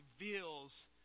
reveals